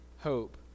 hope